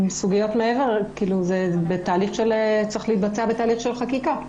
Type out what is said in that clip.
זה צריך להתבצע בתהליך של חקיקה.